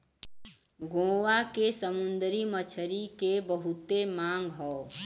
गोवा के समुंदरी मछरी के बहुते मांग हौ